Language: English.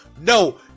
No